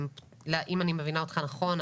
אם אני מבינה אותך נכון,